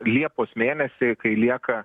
liepos mėnesį kai lieka